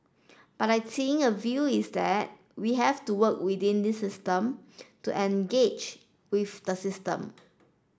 but I think a view is that we have to work within this system to engage with the system